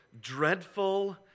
dreadful